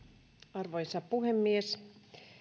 arvoisa puhemies